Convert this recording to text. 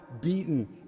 beaten